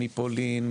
מפולין,